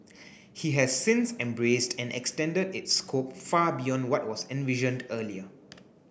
he has since embraced and extended its scope far beyond what was envisioned earlier